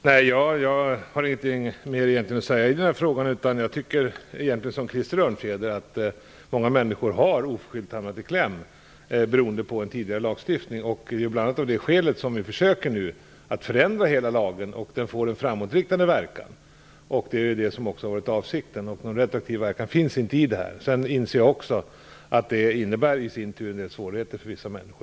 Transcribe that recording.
Fru talman! Jag har egentligen ingenting mer att säga i denna fråga. Jag tycker som Krister Örnfjäder att många människor oförskyllt har hamnat i kläm beroende på en tidigare lagstiftning. Det är bl.a. av det skälet som vi nu försöker förändra lagen. Den får en framåtriktande verkan. Det är det som har varit avsikten. Någon retroaktiv verkan finns inte. Sedan inser jag också att det i sin tur innebär en del svårigheter för vissa människor.